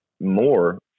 More